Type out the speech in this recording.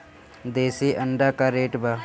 देशी अंडा का रेट बा?